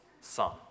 son